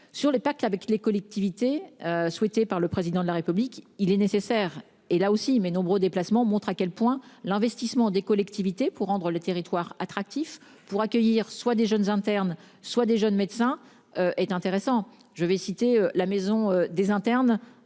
Sur les packs avec les collectivités. Souhaitée par le président de la République, il est nécessaire et là aussi mais nombreux déplacements montre à quel point l'investissement des collectivités pour rendre le territoire attractif pour accueillir, soit des jeunes internes, soit des jeunes médecins est intéressant. Je vais citer la maison des internes.